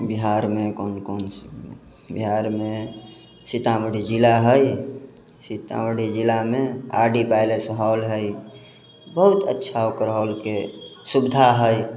बिहारमे कोन कोन बिहारमे सीतामढ़ी जिला हइ सीतामढ़ी जिलामे आर डी पैलेस हॉल हइ बहुत अच्छा ओकर हॉलके सुविधा हइ